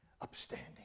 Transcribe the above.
upstanding